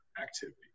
activity